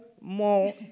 more